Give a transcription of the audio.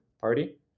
party